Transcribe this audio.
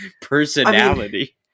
personality